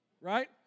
right